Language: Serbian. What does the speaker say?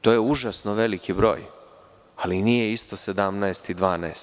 To je užasno veliki broj, ali nije isto 17 i 12.